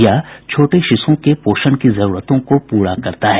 यह छोटे शिशुओं के पोषण की जरूरतों को पूरा करता है